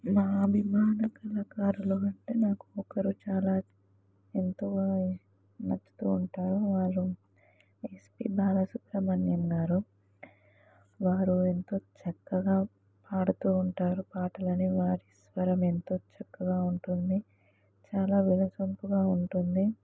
మా అభిమాన కళాకారులు అంటే నాకు ఒకరు చాలా ఎంతోగా నచ్చుతూ ఉంటారు వారు ఎస్ పీ బాలసుబ్రహ్మణ్యం గారు వారు ఎంతో చక్కగా పాడుతూ ఉంటారు పాటలని వారి స్వరం ఎంతో చక్కగా ఉంటుంది చాలా వినసొంపుగా ఉంటుంది